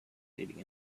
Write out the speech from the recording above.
leading